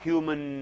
Human